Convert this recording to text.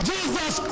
Jesus